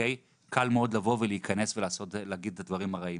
קל מאוד להגיד את הדברים הרעים,